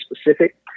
specific